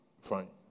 fine